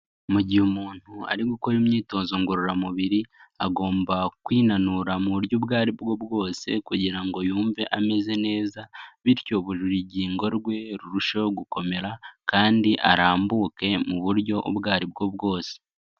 Mu gihe umuntu ari gukora imyitozo ngororamubiri agomba kwinanura mu buryo ubwo ari bwo bwose kugira ngo yumve ameze neza, bityo buri rugingo rwe rurusheho gukomera kandi arambuke mu buryo ubwo aribwo bwose.